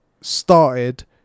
started